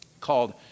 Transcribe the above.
called